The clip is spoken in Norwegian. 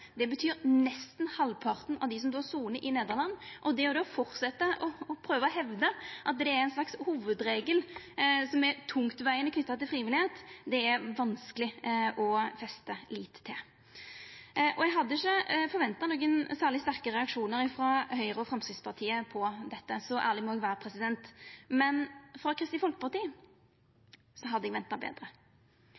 Det betyr nesten halvparten av dei som sonar i Nederland. Det å fortsetja å hevda at det er ein slags hovudregel som er tungtvegande knytt til frivilligheit, er vanskeleg å festa lit til. Eg hadde ikkje venta nokon særleg sterke reaksjonar frå Høgre og Framstegspartiet på det – så ærleg må eg vera. Men frå Kristeleg Folkeparti